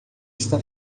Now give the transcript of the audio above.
está